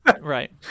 right